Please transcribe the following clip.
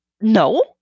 no